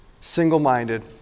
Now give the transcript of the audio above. single-minded